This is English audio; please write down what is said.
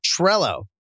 Trello